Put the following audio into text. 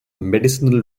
medicinal